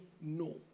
no